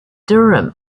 durham